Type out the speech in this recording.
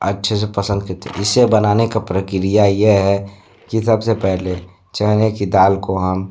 अच्छे से पसंद करते हैं इसे बनाने का प्रक्रिया यह है कि सबसे पहले चने की दाल को हम